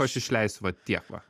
aš išleisiu vat tiek va